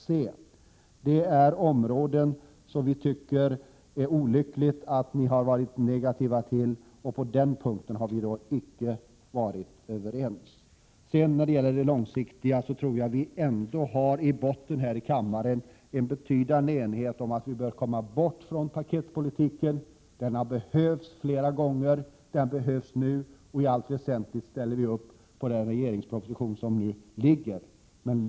Detta är tre viktiga områden som det är så olyckligt att ni har varit negativa till. På den punkten har vi alltså icke varit överens. När det gäller det långsiktiga förfarandet tror jag ändå att det här i kammaren i stort finns en betydande enighet om att paketpolitiken bör överges. Den har behövts flera gånger, och den behövs nu — i allt väsentligt ställer vi oss i folkpartiet bakom den nu liggande regeringspropositionen.